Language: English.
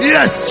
Yes